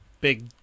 big